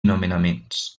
nomenaments